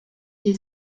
des